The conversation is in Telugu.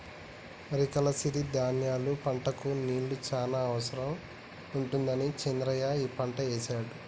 అరికల సిరి ధాన్యాల పంటకు నీళ్లు చాన అవసరం ఉండదని చంద్రయ్య ఈ పంట ఏశిండు